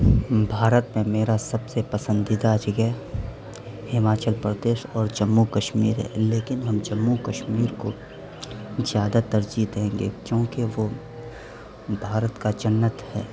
بھارت میں میرا سب سے پسندیدہ جگہ ہماچل پردیش اور جموں کشمیر ہے لیکن ہم جموں کشمیر کو جادہ ترجیح دیں گے کیوں کہ وہ بھارت کا جنت ہے